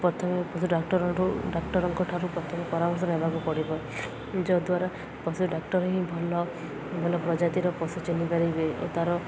ପ୍ରଥମେ ପଶୁ ଡ଼ାକ୍ଟରଠୁ ଡ଼ାକ୍ଟରଙ୍କଠାରୁ ପ୍ରଥମେ ପରାମର୍ଶ ନେବାକୁ ପଡ଼ିବ ଯଦ୍ଵାରା ପଶୁ ଡ଼ାକ୍ଟର ହିଁ ଭଲ ଭଲ ପ୍ରଜାତିର ପଶୁ ଚିହ୍ନି ପାରିବେ ଓ ତା'ର